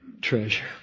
treasure